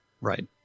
Right